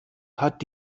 hat